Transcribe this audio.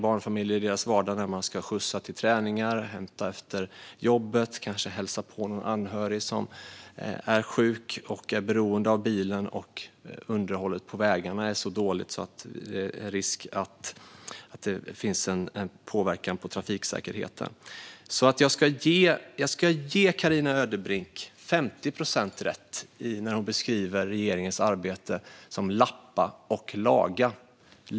Barnfamiljer påverkas i sin vardag när de ska skjutsa till träningar, hämta efter jobbet eller hälsa på någon sjuk anhörig och är beroende av bilen men underhållet av vägarna är så dåligt att det finns risk för påverkan på trafiksäkerheten. Jag ska ge Carina Ödebrink 50 procent rätt. Hon beskriver regeringens arbete som "lappa och laga".